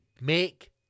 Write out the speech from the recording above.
make